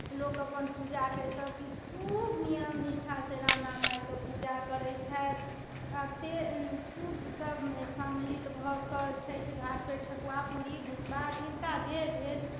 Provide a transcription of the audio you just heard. लोक अपन पूजाके सभकिछु खूब नियम निष्ठासँ राना मायके पूजा करै छथि आ फेर खूब सम्मिलित भऽ कऽ छठि घाटपर ठकुआ पूरी भुसवा जिनका जे भेल